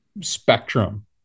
spectrum